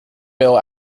bill